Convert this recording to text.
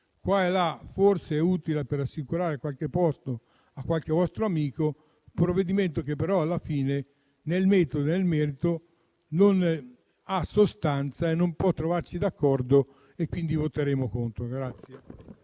qua e là forse è utile per assicurare qualche posto a qualche vostro amico, ma il provvedimento alla fine, nel metodo e nel merito, non ha sostanza e non può trovarci d'accordo e quindi voteremo contro.